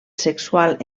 sexual